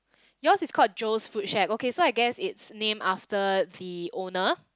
yours is called Joe's food shack okay so I guess so it's named after the owner